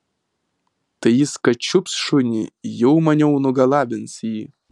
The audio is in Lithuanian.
tai jis kad čiups šunį jau maniau nugalabins jį